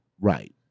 Right